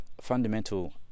fundamental